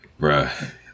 Bruh